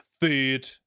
third